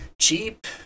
cheap